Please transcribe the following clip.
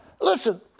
Listen